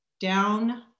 down